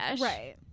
Right